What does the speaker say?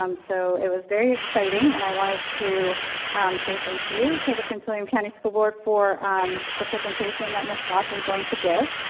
um so it was very exciting and i wanted to say thank you to the prince william county school board for um the presentation that goss is going to give.